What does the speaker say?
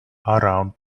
around